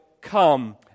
come